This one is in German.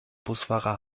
busfahrer